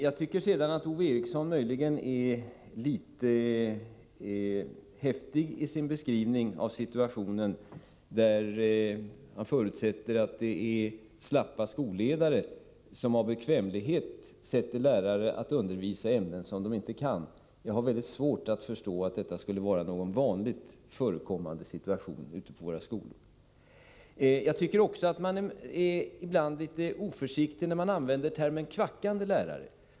Jag tycker sedan att Ove Eriksson möjligen är litet häftig i sin beskrivning av situationen när han förutsätter att det är fråga om slappa skolledare, som av bekvämlighet sätter lärare att undervisa i ämnen de inte kan. Jag har mycket svårt att förstå att detta skulle vara en vanligt förekommande situation ute på våra skolor. Jag tycker också att man ibland är litet oförsiktig när man använder termen kvackande lärare.